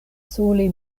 sole